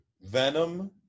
Venom